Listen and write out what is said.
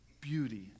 beauty